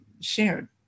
shared